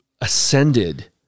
ascended